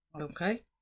okay